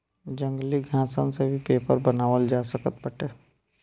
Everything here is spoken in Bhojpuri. जंगली घासन से भी पेपर बनावल जा सकत बाटे